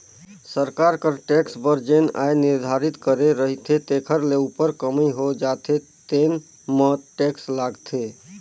सरकार कर टेक्स बर जेन आय निरधारति करे रहिथे तेखर ले उप्पर कमई हो जाथे तेन म टेक्स लागथे